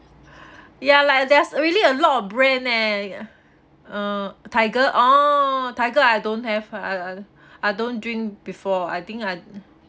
ya like there's really a lot of brand eh uh tiger orh tiger I don't have I I I don't drink before I think I